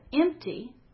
empty